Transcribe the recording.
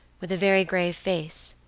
with a very grave face,